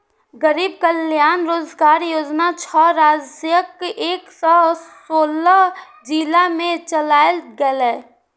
गरीब कल्याण रोजगार योजना छह राज्यक एक सय सोलह जिला मे चलायल गेलै